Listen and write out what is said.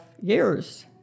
years